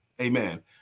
Amen